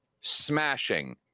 smashing